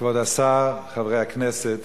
כבוד השר, חברי הכנסת,